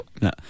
No